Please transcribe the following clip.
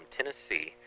Tennessee